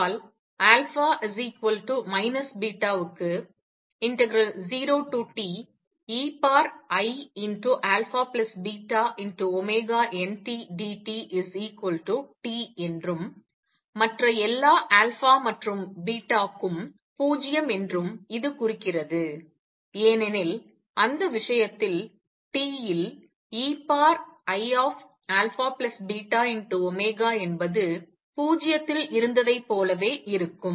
ஆகையால் α β க்கு 0TeiαβntdtT என்றும் மற்ற எல்லா α மற்றும் β க்கும் 0 என்றும் இது குறிக்கிறது ஏனெனில் அந்த விஷயத்தில் T இல் eiαβ என்பது 0 இல் இருந்ததைப் போலவே இருக்கும்